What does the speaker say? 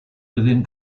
within